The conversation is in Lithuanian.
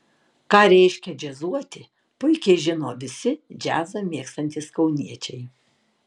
ką reiškia džiazuoti puikiai žino visi džiazą mėgstantys kauniečiai